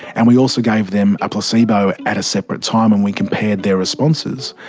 and we also gave them a placebo at a separate time and we compared their responses,